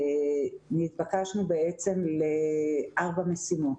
נתבקשו בעצם לארבע משימות: